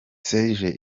serge